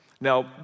Now